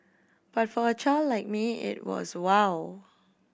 but for a child like me it was wow